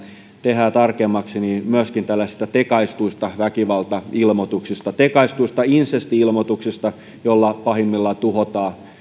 tehdään tarkemmaksi myöskin tällaisista tekaistuista väkivaltailmoituksista tekaistuista insesti ilmoituksista joilla pahimmillaan tuhotaan